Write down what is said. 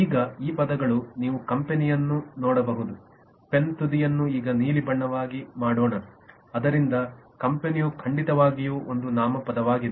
ಈಗ ಈ ಪದಗಳು ನೀವು ಕಂಪನಿಯನ್ನು ನೋಡಬಹುದು ಪೆನ್ ತುದಿಯನ್ನು ಈಗ ನೀಲಿ ಬಣ್ಣವನ್ನಾಗಿ ಮಾಡೋಣ ಆದ್ದರಿಂದ ಕಂಪನಿಯು ಖಂಡಿತವಾಗಿಯೂ ಒಂದು ನಾಮಪದವಾಗಿದೆ